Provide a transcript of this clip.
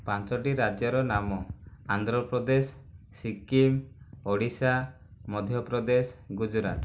ପାଞ୍ଚୋଟି ରାଜ୍ୟର ନାମ ଆନ୍ଧ୍ରପ୍ରଦେଶ ସିକ୍କିମ ଓଡ଼ିଶା ମଧ୍ୟପ୍ରଦେଶ ଗୁଜୁରାଟ